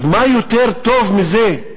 אז מה יותר טוב מזה?